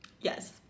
Yes